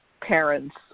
parents